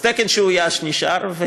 אז תקן שאויש נשאר,